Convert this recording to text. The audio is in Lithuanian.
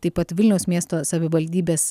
taip pat vilniaus miesto savivaldybės